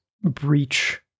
breach